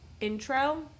intro